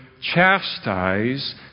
chastise